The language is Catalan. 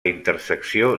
intersecció